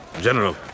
General